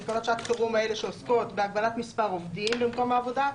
תקנות שעת חירום האלה שעוסקות בהגבלת מספר עובדים במקום עובדה,